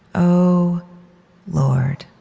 o lord